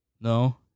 no